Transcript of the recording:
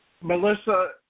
Melissa